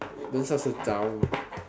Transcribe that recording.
don't sound so down